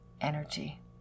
energy